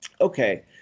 okay